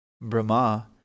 Brahma